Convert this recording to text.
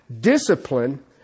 discipline